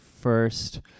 first